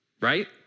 right